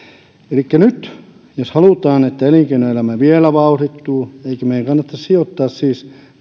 elikkä nyt jos halutaan että elinkeinoelämä vielä vauhdittuu eikö meidän kannattaisi sijoittaa siis